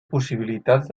possibilitats